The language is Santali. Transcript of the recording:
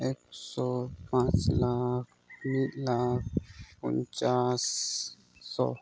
ᱮᱠᱥᱚ ᱯᱟᱸᱪ ᱞᱟᱠᱷ ᱢᱤᱫ ᱞᱟᱠᱷ ᱯᱚᱧᱪᱟᱥ ᱥᱚ